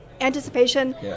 anticipation